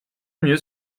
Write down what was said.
mieux